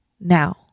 Now